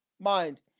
mind